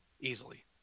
Easily